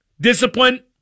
discipline